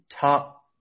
top